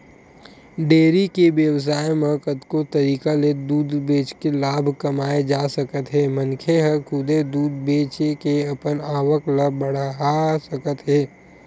dairy के बेवसाय म कतको तरीका ले दूद बेचके लाभ कमाए जा सकत हे मनखे ह खुदे दूद बेचे के अपन आवक ल बड़हा सकत हे